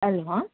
hello